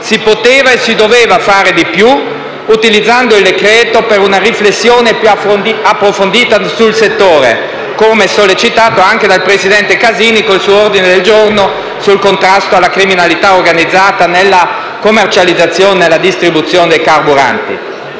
si poteva e si doveva fare di più utilizzando il decreto-legge per una riflessione più approfondita sul settore, come sollecitato anche dal presidente Casini con il suo ordine il giorno sul contrasto alla criminalità organizzata nella commercializzazione e distribuzione dei carburanti.